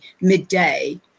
midday